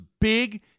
Big